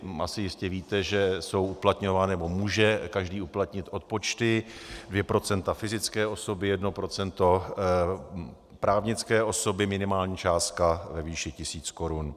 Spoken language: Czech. Asi jistě víte, že jsou uplatňovány, nebo může každý uplatnit odpočty, 2 % fyzické osoby, 1 % právnické osoby, minimální částka ve výši 1 000 korun.